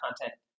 content